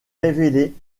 révélée